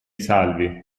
salvi